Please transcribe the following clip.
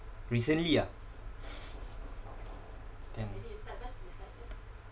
recently ah ten